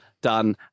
done